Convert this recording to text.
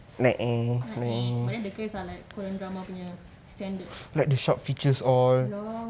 like eh but then the case like korean dramas punya standard ya